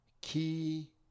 key